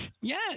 Yes